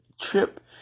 trip